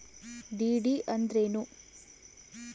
DD ಅಂದ್ರೇನು?